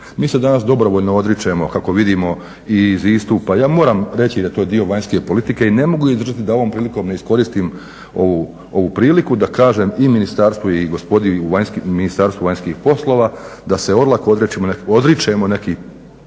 Mi se danas dobrovoljno odričemo kako vidimo i iz istupa, ja moram reći a je to dio vanjske politike i ne mogu izdržati da ovom prilikom iskoristim ovu priliku da kažem i ministarstvu i gospodi u Ministarstvu vanjskih poslova da se olako odričemo nekih